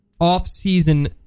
off-season